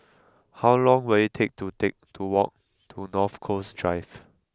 how long will it take to take to walk to North Coast Drive